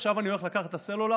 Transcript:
עכשיו אני הולך לקחת את הסלולר.